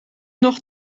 nog